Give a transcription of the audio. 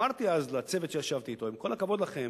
אמרתי אז לצוות שישבתי אתו: עם כל הכבוד לכם,